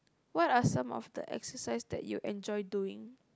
what are some of the exercise that you enjoy doing